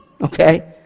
Okay